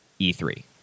E3